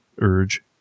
urge